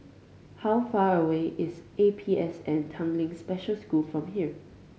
how far away is A P S N Tanglin Special School from here